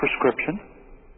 prescription